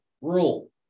rule